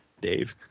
Dave